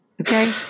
Okay